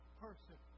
person